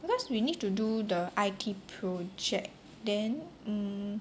because we need to do the I_T project then mm